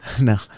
no